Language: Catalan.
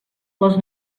les